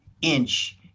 inch